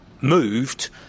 moved